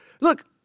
look